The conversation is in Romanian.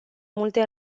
multe